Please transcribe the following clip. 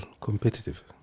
competitive